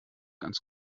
ganz